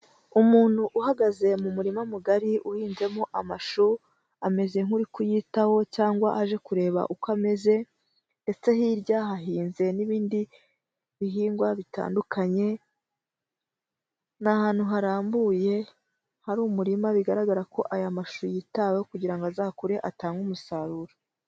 Umuntu uhagaze mu murima, mugari uhinzemo amashu. Ameze mkuri kuyitaho, cyangwa aje kureba uko ameze. Ndetse hirya hahinze n'ibindi, bihingwa bitandukanye. Ni ahantu harambuye, hari umurima bigaragara ko aya mashuri yitaweho, kugira ngo azakure atange umusaruro.